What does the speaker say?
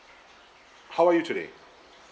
how are you today